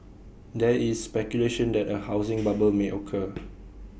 there is speculation that A housing bubble may occur